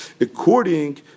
according